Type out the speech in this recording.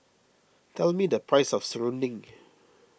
tell me the price of Serunding